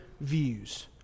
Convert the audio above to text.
views